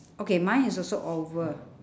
okay mine is also oval